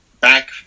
back